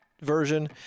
version